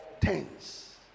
tens